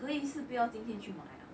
可以是不要今天去买啊